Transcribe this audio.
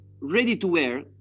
ready-to-wear